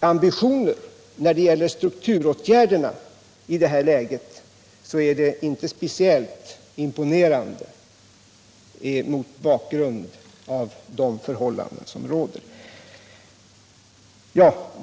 ambitioner när det gäller strukturåtgärder är idén inte speciellt imponerande - mot bakgrund av de förhållanden som råder.